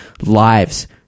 lives